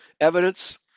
evidence